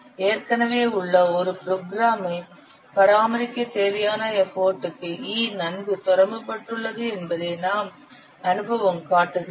ஏற்கனவே உள்ள ஒரு ப்ரோக்ராமை பராமரிக்க தேவையான எஃபர்ட்க்கு E நன்கு தொடர்புபட்டுள்ளது என்பதை நம் அனுபவம் காட்டுகிறது